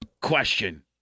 question